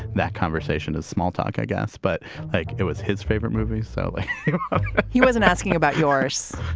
that conversation is small talk, i guess, but like it was his favorite movie. so like he wasn't asking about yours.